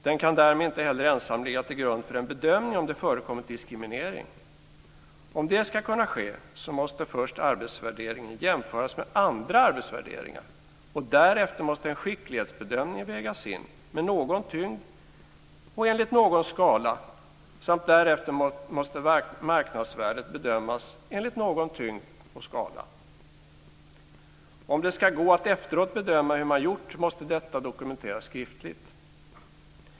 Den kan därmed inte heller ensam ligga till grund för den bedömning om det förekommer diskriminering. Om det ska kunna ske, måste först arbetsvärderingen jämföras med andra arbetsvärderingar. Därefter måste en skicklighetsbedömning vägas in med någon tyngd och enligt någon skala, samt därefter måste marknadsvärdet bedömas enligt någon tyngd och skala. Om det ska gå att efteråt bedöma hur man har gjort måste detta dokumenteras skriftligt.